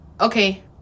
Okay